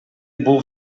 бул